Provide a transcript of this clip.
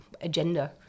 agenda